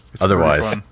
Otherwise